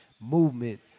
movement